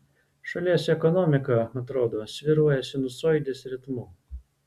šalies ekonomika atrodo svyruoja sinusoidės ritmu